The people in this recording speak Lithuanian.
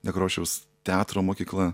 nekrošiaus teatro mokykla